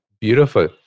Beautiful